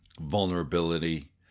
vulnerability